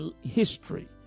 history